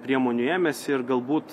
priemonių ėmėsi ir galbūt